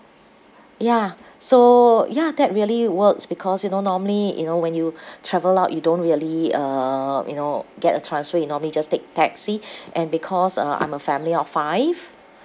ya so ya that really works because you know normally you know when you travel out you don't really uh you know get a transfer you normally just take taxi and because uh I'm a family of five